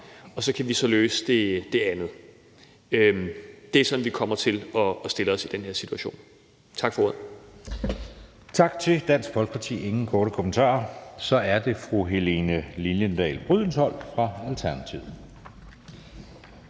og så kan vi så løse det andet. Det er sådan, vi kommer til at stille os i den her situation. Tak for ordet. Kl. 18:54 Anden næstformand (Jeppe Søe): Tak til Dansk Folkeparti. Der er ingen korte bemærkninger. Så er det fru Helene Liliendahl Brydensholt fra Alternativet.